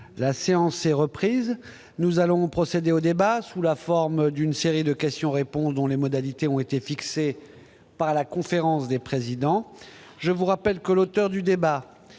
citoyen et écologiste. Nous allons procéder au débat sous la forme d'une série de questions-réponses dont les modalités ont été fixées par la conférence des présidents. Je rappelle que l'orateur du groupe